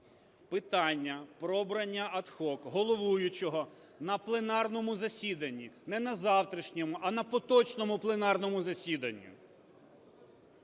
"Питання про обрання ad hoc головуючого на пленарному засіданні – не на завтрашньому, а на поточному пленарному засіданні